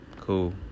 Cool